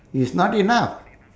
it's not enough